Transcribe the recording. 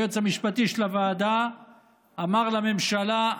היועץ המשפטי של הוועדה אמר לממשלה: